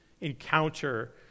encounter